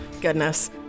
Goodness